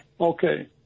Okay